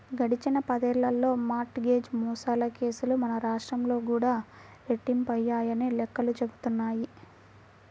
గడిచిన పదేళ్ళలో mortgage మోసాల కేసులు మన రాష్ట్రంలో కూడా రెట్టింపయ్యాయని లెక్కలు చెబుతున్నాయి